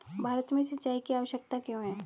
भारत में सिंचाई की आवश्यकता क्यों है?